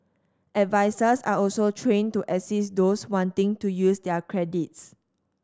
advisers are also trained to assist those wanting to use their credits